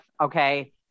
okay